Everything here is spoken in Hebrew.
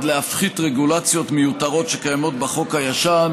להפחית רגולציות מיותרות שקיימות בחוק הישן,